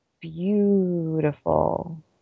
beautiful